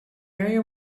area